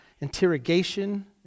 interrogation